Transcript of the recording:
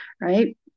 right